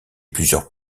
plusieurs